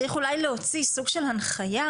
צריך אולי להוציא סוג של הנחיה.